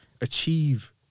achieve